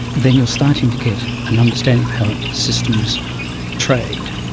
then you are starting to get an understanding of how systems trade.